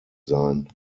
sein